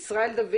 המהנדס ישראל דוד